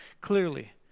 clearly